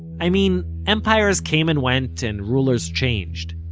i mean empires came and went and rulers changed,